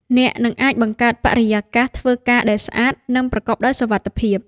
អ្នកនឹងអាចបង្កើតបរិយាកាសធ្វើការដែលស្អាត និងប្រកបដោយសុវត្ថិភាព។